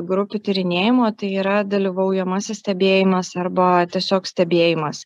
grupių tyrinėjimo tai yra dalyvaujamasis stebėjimas arba tiesiog stebėjimas